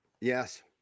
Yes